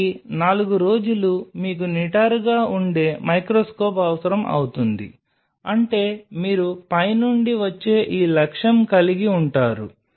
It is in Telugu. కాబట్టి 4 రోజులు మీకు నిటారుగా ఉండే మైక్రోస్కోప్ అవసరం అవుతుంది అంటే మీరు పై నుండి వచ్చే ఈ లక్ష్యం కలిగి ఉంటారు